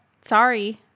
Sorry